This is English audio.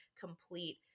complete